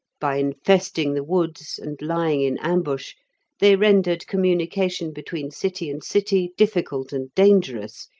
by infesting the woods and lying in ambush they rendered communication between city and city difficult and dangerous,